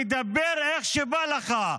תדבר איך שבא לך,